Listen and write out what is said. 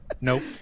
Nope